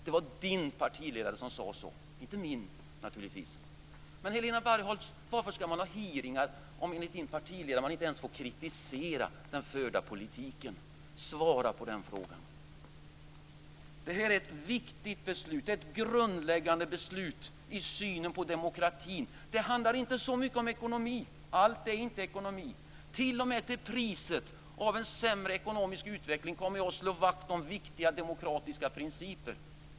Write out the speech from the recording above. Det var er partiledare som sade så - naturligtvis inte min. Helena Bargholtz! Varför skall man ha hearingar, om man enligt er partiledare inte ens får kritisera den förda politiken? Svara på den frågan! Det gäller nu ett viktigt och grundläggande beslut för synen på demokratin. Det handlar inte så mycket om ekonomin. Allt är inte ekonomi. Jag kommer t.o.m. till priset av en sämre ekonomisk utveckling att slå vakt om viktiga demokratiska principer.